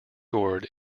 gourd